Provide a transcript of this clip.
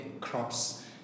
crops